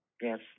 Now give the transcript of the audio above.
Yes